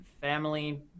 family